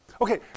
Okay